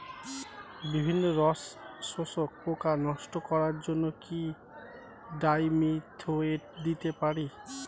বিভিন্ন রস শোষক পোকা নষ্ট করার জন্য কি ডাইমিথোয়েট দিতে পারি?